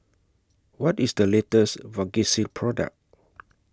What IS The latest Vagisil Product